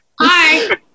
Hi